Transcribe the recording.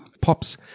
Pops